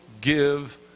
give